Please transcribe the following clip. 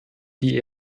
die